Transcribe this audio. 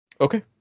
Okay